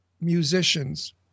musicians